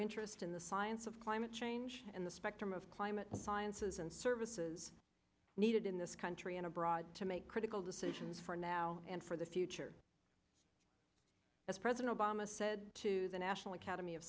interest in the science of climate change and the spectrum of climate sciences and services needed in this country and abroad to make critical decisions for now and for the future as president obama said to the national academy of